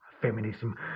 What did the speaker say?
feminism